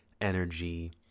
energy